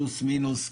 פלוס מינוס,